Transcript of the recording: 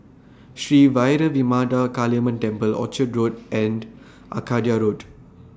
Sri Vairavimada Kaliamman Temple Orchard Road and Arcadia Road